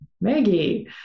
Maggie